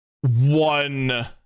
one